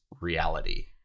reality